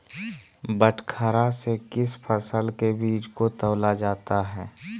बटखरा से किस फसल के बीज को तौला जाता है?